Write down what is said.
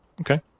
Okay